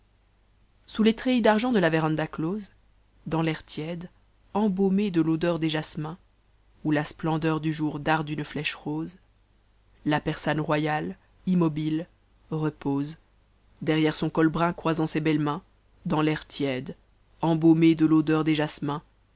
sons tes treillis d'argent de la verandah eiosc dans l'air tiède embaumé de l'odeur des jasmins t n ta sptpndexr dn jour darde une mèche rose la persane royale immobile repose derrière son col brun croisant ses belles mains dans l'air tiède embaumé de i'odeur des jasmins